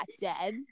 dead